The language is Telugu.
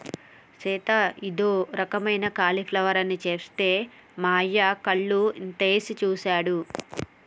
సీత ఇదో రకమైన క్యాలీఫ్లవర్ అని సెప్తే మా అయ్య కళ్ళు ఇంతనేసి సుసాడు